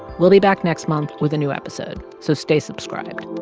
we'll be back next month with a new episode, so stay subscribed